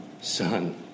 son